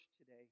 today